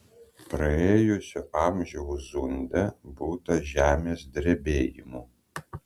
praėjusio amžiaus zunde būta žemės drebėjimų